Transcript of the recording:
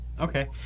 okay